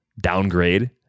downgrade